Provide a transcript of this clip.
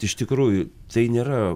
iš tikrųjų tai nėra